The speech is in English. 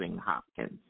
Hopkins